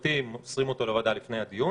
תקופתי אנחנו מוסרים לוועדה לפני הדיון